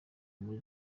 muri